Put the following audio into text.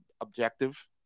objective